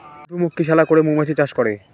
মধুমক্ষিশালা করে মৌমাছি চাষ করে